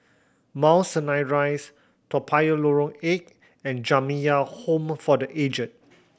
Mount Sinai Rise Toa Payoh Lorong Eight and Jamiyah Home for The Aged